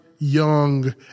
young